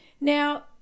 Now